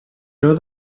know